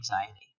anxiety